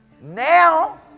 Now